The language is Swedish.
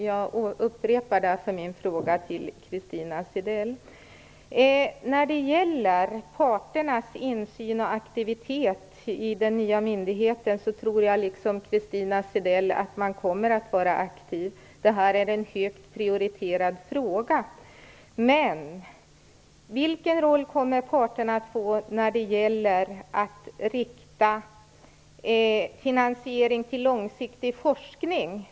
Jag riktar därför denna fråga återigen till När det gäller parternas insyn och aktivitet i den nya myndigheten tror jag liksom Christina Zedell att man kommer att vara aktiv. Detta är en helt prioriterad fråga. Men vilken roll kommer parterna att få när det gäller att åstadkomma finansiering av långsiktig forskning?